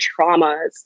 traumas